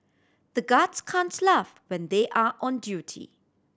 the guards can't laugh when they are on duty